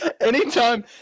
Anytime